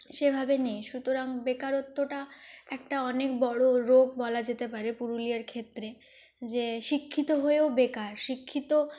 সেভাবে নেই সুতরাং বেকারত্বটা একটা অনেক বড়ো রোগ বলা যেতে পারে পুরুলিয়ার ক্ষেত্রে যে শিক্ষিত হয়েও বেকার শিক্ষিত